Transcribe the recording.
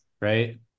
right